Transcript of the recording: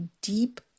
deep